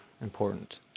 important